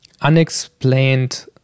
unexplained